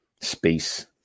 space